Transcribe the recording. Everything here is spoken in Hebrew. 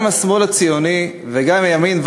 גם השמאל הציוני וגם הימין,